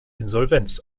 insolvenz